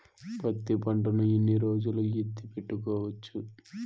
పత్తి పంటను ఎన్ని రోజులు ఎత్తి పెట్టుకోవచ్చు?